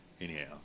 anyhow